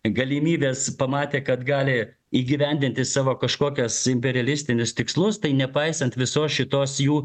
galimybės pamatė kad gali įgyvendinti savo kažkokias imperialistinius tikslus tai nepaisant visos šitos jų